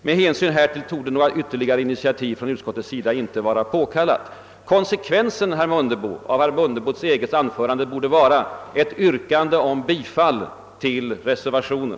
Med hänsyn härtill torde ——— något ytterligare initiativ från riksdagens sida icke vara påkallat.» Konsekvensen av herr Mundebos eget anförande borde alltså vara ett yrkande om bifall till reservationen.